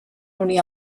unir